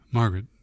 Margaret